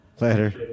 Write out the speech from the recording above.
Later